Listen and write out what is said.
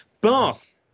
Bath